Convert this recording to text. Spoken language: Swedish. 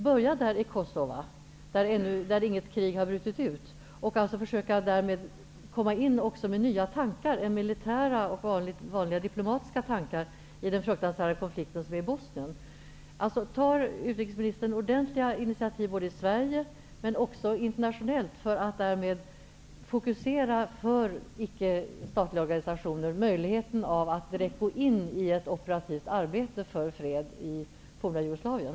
Man skulle kunna börja med Kosova, där inget krig ännu har brutit ut, och komma med nya, andra tankar än militära och vanliga diplomatiska i den fruktansvärda konflikten i Bosnien. Tar utrikesministern ordentliga initiativ både i Sverige och internationellt för att fokusera för ickestatliga organisationer möjligheten att direkt gå in i ett operativt arbete för fred i det forna Jugoslavien?